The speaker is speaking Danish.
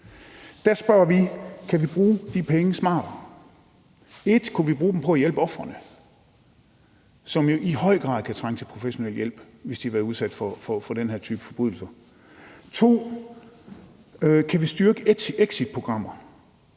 Der spørger vi: Kan vi bruge de penge smartere? 1) Kunne vi bruge dem på at hjælpe ofrene, som jo i høj grad kan trænge til professionel hjælp, hvis de har været udsat for den her type forbrydelser? 2) Kan vi styrke exitprogrammer?